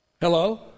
Hello